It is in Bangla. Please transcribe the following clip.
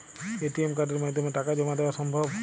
এ.টি.এম কার্ডের মাধ্যমে টাকা জমা দেওয়া সম্ভব?